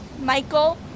Michael